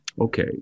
Okay